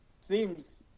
seems